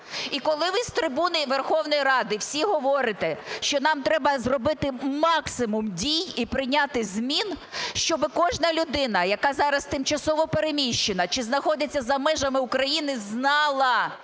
І коли ви з трибуни Верховної Ради всі говорите, що нам треба зробити максимум дій і прийняти зміни, щоб кожна людина, яка зараз тимчасово переміщена чи знаходиться за межами України, знала,